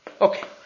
Okay